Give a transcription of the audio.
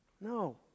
No